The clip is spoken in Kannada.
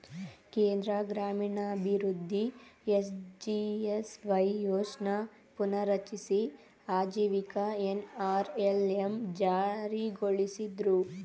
ಕೇಂದ್ರ ಗ್ರಾಮೀಣಾಭಿವೃದ್ಧಿ ಎಸ್.ಜಿ.ಎಸ್.ವೈ ಯೋಜ್ನ ಪುನರ್ರಚಿಸಿ ಆಜೀವಿಕ ಎನ್.ಅರ್.ಎಲ್.ಎಂ ಜಾರಿಗೊಳಿಸಿದ್ರು